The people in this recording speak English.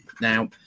Now